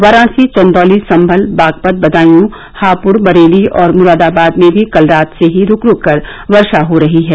वाराणसी चन्दौली सम्भल बागपत बदायूँ हापुड़ बरेली और मुरादाबाद में भी कल रात से ही रूक रूक कर वर्षा हो रही है